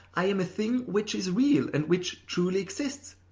i am a thing which is real and which truly exists.